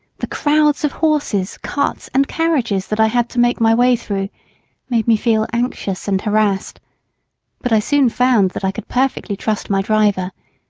the crowds of horses, carts, and carriages that i had to make my way through made me feel anxious and harassed but i soon found that i could perfectly trust my driver,